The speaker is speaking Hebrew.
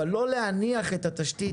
אבל לא להניח את התשתית,